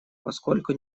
поскольку